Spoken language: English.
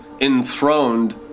enthroned